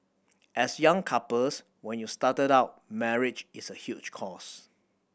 as young couples when you started out marriage is a huge cost